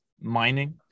mining